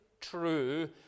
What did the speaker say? true